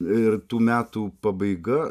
ir tų metų pabaiga